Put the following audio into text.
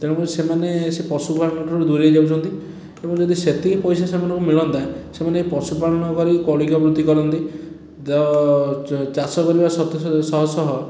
ତେଣୁକରି ସେମାନେ ସେ ପଶୁପାଳନ ଠାରୁ ଦୂରେଇ ଯାଉଛନ୍ତି ଏବଂ ଯଦି ସେତିକି ପଇସା ସେମାନଙ୍କୁ ମିଳନ୍ତା ସେମାନେ ଏ ପଶୁପାଳନ କରି କୌଳିକ ବୃତ୍ତି କରନ୍ତି ତ ଚ ଚାଷ କରିବା ସତ୍ତ୍ୱେ ଶହଶହ